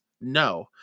No